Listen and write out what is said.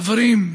חברים,